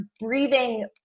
breathing